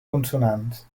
consonants